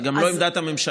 זו גם לא עמדת הממשלה,